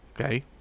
okay